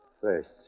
First